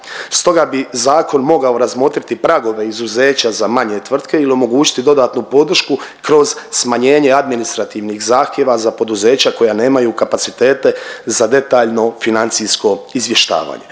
Stoga bi zakon mogao razmotriti pragove izuzeća za manje tvrtke ili omogućiti dodatnu podršku kroz smanjenje administrativnih zahtjeva za poduzeća koja nemaju kapacitete za detaljno financijsko izvještavanje.